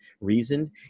reasoned